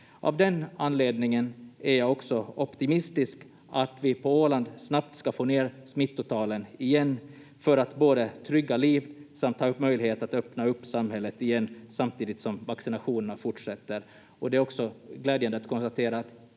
Av den anledningen är jag också optimistisk att vi på Åland snabbt ska få ner smittotalen igen för att både trygga liv samt ha möjlighet att öppna upp samhället igen samtidigt som vaccinationerna fortsätter. Det är också glädjande att konstatera